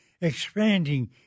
expanding